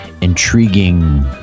intriguing